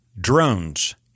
Drones